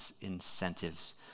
incentives